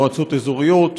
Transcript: מועצות אזוריות.